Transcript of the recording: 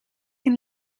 een